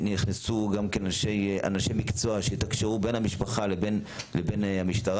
נכנסנו אנשי מקצוע שיתקשרו בין המשטרה למשפחה.